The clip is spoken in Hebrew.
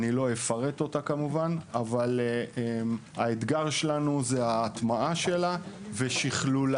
אני לא אפרט עליה כמובן אבל האתגר שלנו זה ההטמעה שלה ושכלולה.